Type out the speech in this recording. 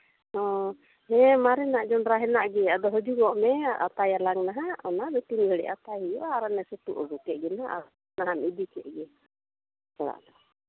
ᱦᱮᱸ ᱢᱟᱨᱮᱱᱟᱜ ᱡᱚᱱᱰᱨᱟ ᱦᱮᱱᱟᱜ ᱜᱮᱭᱟ ᱟᱫᱚ ᱦᱤᱡᱩᱜᱚᱜ ᱢᱮ ᱟᱛᱟᱭᱟᱞᱟᱝ ᱚᱱᱟ ᱫᱚ ᱛᱤᱱ ᱜᱷᱟᱹᱲᱤᱡ ᱟᱛᱟᱭ ᱦᱩᱭᱩᱜᱼᱟ ᱟᱨ ᱪᱷᱟᱛᱩ ᱩᱰᱩᱠ ᱠᱮᱜ ᱜᱮᱞᱟᱝ ᱵᱟᱠᱷᱟᱡ ᱤᱫᱤ ᱠᱮᱜ ᱜᱮ ᱚᱲᱟᱜ ᱫᱚ